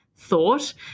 thought